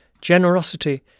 generosity